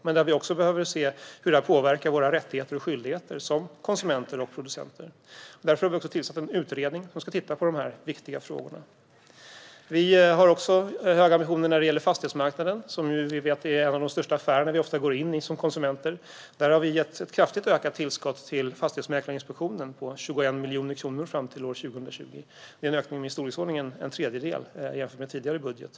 Vi behöver också se hur detta har påverkat våra rättigheter och skyldigheter som konsumenter och producenter. Därför har vi tillsatt en utredning som ska titta på dessa viktiga frågor. Vi har också höga ambitioner när det gäller fastighetsmarknaden. Det är ofta den största affär som vi går in i som konsumenter. Vi har gett ett kraftigt ökat tillskott till Fastighetsmäklarinspektionen på 21 miljoner kronor fram till 2020. Det är en ökning med i storleksordningen en tredjedel jämfört med tidigare budget.